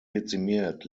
dezimiert